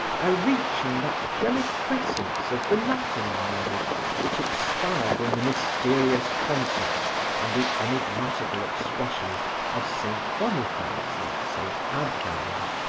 by reaching that deliquescence of the latin language which expired in the mysterious concepts and the enigmatical expressions of saint boniface and saint adhelme.